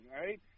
right